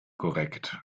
korrekt